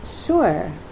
Sure